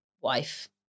wife